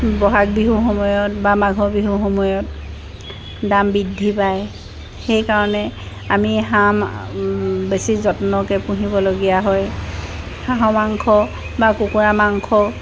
বহাগ বিহুৰ সময়ত বা মাঘৰ বিহুৰ সময়ত দাম বৃদ্ধি পায় সেইকাৰণে আমি হাঁহ বেছি যত্নকে পুহিবলগীয়া হয় হাঁহ মাংস বা কুকুৰা মাংস